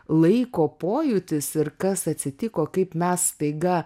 laiko pojūtis ir kas atsitiko kaip mes staiga